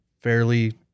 fairly